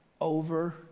Over